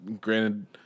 granted